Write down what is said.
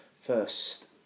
first